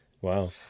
Wow